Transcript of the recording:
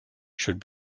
should